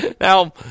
now